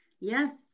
Yes